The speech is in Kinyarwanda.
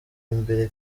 imbere